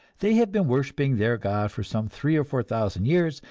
they have been worshipping their god for some three or four thousand years,